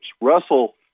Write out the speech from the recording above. Russell